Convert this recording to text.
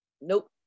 nope